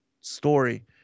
story